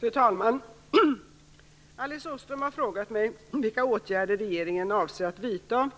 Fru talman! Alice Åström har frågat mig vilka åtgärder regeringen avser att vidta